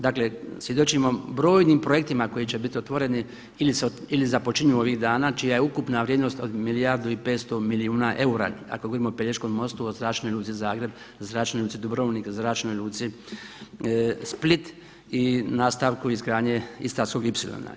Dakle svjedočimo brojnim projektima koji će biti otvoreni ili započinju ovih dana čija je ukupna vrijednost od milijardu i 500 milijuna eura, ako govorimo o Pelješkom mostu, o Zračnoj luci Zagreb, Zračnoj luci Dubrovnik, Zračnoj luci Split i nastavku izgradnje Istarskog ipsilona.